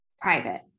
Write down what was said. private